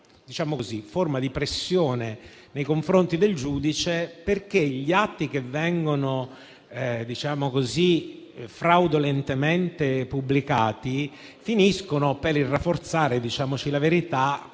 forma di pressione nei confronti del giudice. Infatti, gli atti che vengono fraudolentemente pubblicati finiscono per rafforzare la tesi